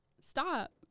stop